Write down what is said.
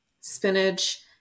spinach